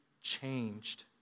changed